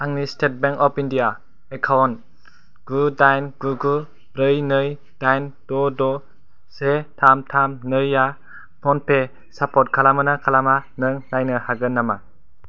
आंनि state bank of India account गु दाइन गु गु ब्रै नै दाइन द' द' से थाम थाम नै आ फ'नपे सापर्ट खालामो ना खालामा नों नायनो हागोन नामा